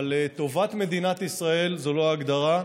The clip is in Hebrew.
אבל טובת מדינת ישראל זו לא ההגדרה.